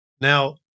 Now